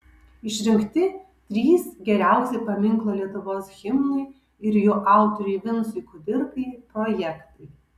išrinkti trys geriausi paminklo lietuvos himnui ir jo autoriui vincui kudirkai projektai